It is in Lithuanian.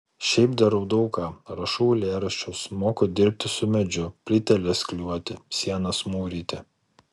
šiaip darau daug ką rašau eilėraščius moku dirbti su medžiu plyteles klijuoti sienas mūryti